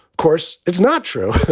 course it's not true.